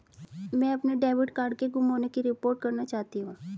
मैं अपने debit card के गुम होने की रिपोर्ट करना चाहती हूँ